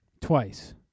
Twice